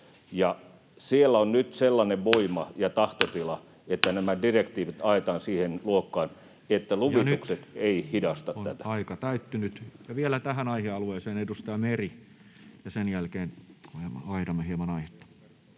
siellä on nyt sellainen voima ja tahtotila, että nämä direktiivit ajetaan siihen luokkaan, että luvitukset eivät hidasta tätä. Nyt on aika täyttynyt. — Ja vielä tähän aihealueeseen edustaja Meri, ja sen jälkeen vaihdamme hieman aihetta.